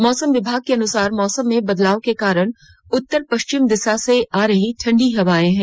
मौसम विभाग के अनुसार मौसम में बदलाव के कारण उतर पश्चिम दिशा से आ रही ठंडी हवाए हैं